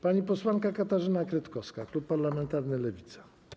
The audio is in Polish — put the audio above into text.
Pani posłanka Katarzyna Kretkowska, klub parlamentarny Lewica.